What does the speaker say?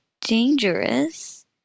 dangerous